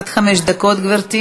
גברתי